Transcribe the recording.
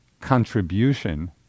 contribution